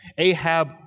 Ahab